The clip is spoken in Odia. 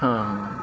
ହଁ ହଁ